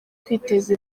kwiteza